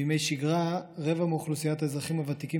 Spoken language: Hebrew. בימי שגרה רבע מאוכלוסיית האזרחים הוותיקים